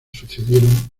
sucedieron